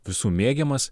visų mėgiamas